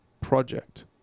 project